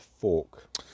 fork